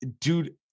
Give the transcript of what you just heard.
dude